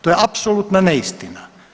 To je apsolutna neistina.